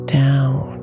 down